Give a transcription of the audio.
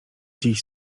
dziś